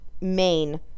Main